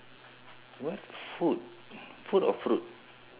you want food food or fruit